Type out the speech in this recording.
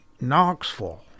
Knoxville